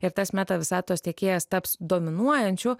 ir tas meta visatos tiekėjas taps dominuojančiu